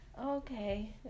Okay